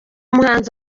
muhanzi